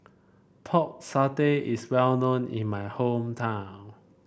Pork Satay is well known in my hometown